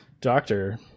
doctor